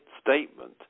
statement